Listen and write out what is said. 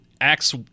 acts